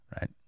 Right